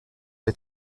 les